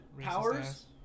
powers